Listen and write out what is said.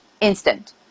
instant